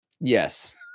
Yes